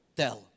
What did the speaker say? tell